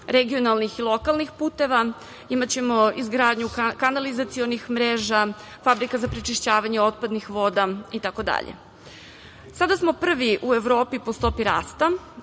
regionalnih i lokalnih puteva. Imaćemo izgradnju kanalizacionih mreža, fabrika za prečišćavanje otpadnih voda itd. Sada smo prvi u Evropi po stopi rasta.